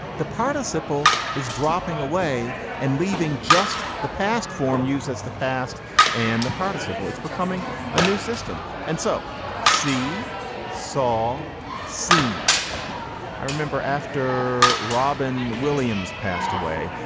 the participle is dropping away and leaving just the past form used as the past and the participle, it's becoming a new system. and so si saw scene i remember after robin williams passed away,